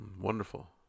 Wonderful